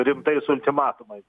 rimtais ultimatumais